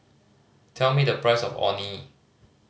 tell me the price of Orh Nee